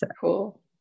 cool